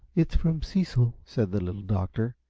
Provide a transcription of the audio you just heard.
it's from cecil, said the little doctor,